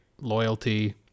loyalty